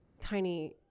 tiny